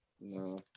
No